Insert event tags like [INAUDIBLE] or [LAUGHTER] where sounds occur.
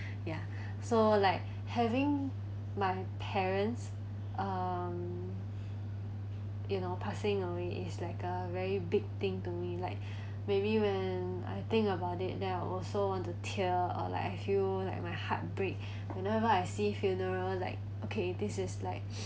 ya so like having my parents um you know passing away is like a very big thing to me like [BREATH] maybe when I think about it then I also want to tear or like I feel like my heart break [BREATH] whenever I see funeral like okay this is like